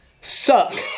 suck